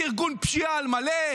שהיא ארגון פשיעה על מלא,